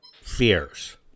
fears